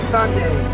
Sunday